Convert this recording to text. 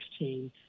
2016